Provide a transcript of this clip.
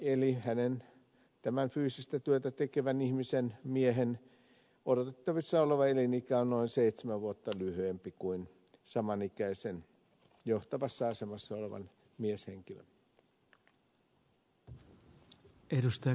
eli fyysistä työtä tekevän miehen odotettavissa oleva elinikä on noin seitsemän vuotta lyhyempi kuin saman ikäisen johtavassa asemassa olevan mieshenkilön